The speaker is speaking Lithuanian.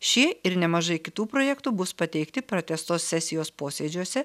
šie ir nemažai kitų projektų bus pateikti pratęstos sesijos posėdžiuose